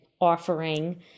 offering